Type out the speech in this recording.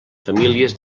famílies